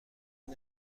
این